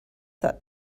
that